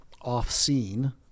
off-scene